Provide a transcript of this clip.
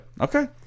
Okay